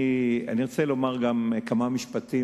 ברשותכם, אני רוצה לומר כמה משפטים